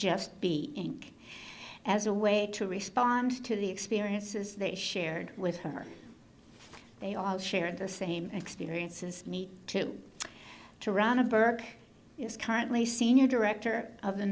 just be in as a way to respond to the experiences they shared with her they all shared the same experiences meet to to run a burke is currently senior director of the